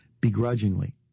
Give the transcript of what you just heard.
begrudgingly